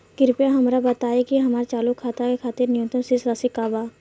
कृपया हमरा बताइ कि हमार चालू खाता के खातिर न्यूनतम शेष राशि का बा